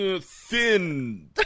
Thin